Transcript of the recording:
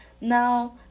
now